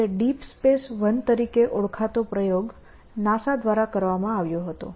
તે deep space I તરીકે ઓળખાતો પ્રયોગ NASA દ્વારા કરવામાં આવ્યો હતો